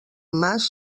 mas